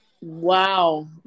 Wow